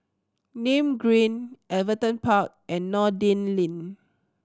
Nim Green Everton Park and Noordin Lane